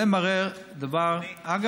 זה מראה דבר, אדוני סגן השר, אדוני.